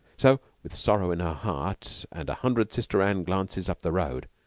so, with sorrow in her heart and a hundred sister-anne glances up the road,